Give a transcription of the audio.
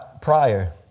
prior